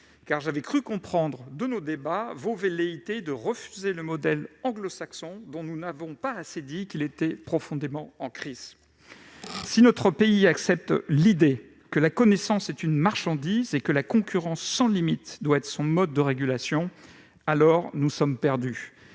car j'avais cru comprendre de nos débats vos velléités de refuser le modèle anglo-saxon, dont nous n'avons pas assez dit qu'il est profondément en crise. Si notre pays accepte l'idée que la connaissance est une marchandise et que la concurrence sans limite doit être son mode de régulation, alors nous sommes perdus